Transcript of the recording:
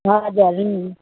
हजुर हम्